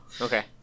okay